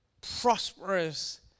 prosperous